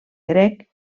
grec